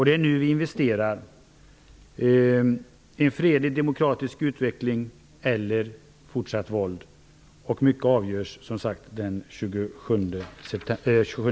Det är nu vi investerar i en fredlig demokratisk utveckling eller fortsatt våld. Mycket avgörs som sagt den 27